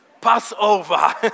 Passover